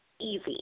easy